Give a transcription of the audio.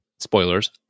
Spoilers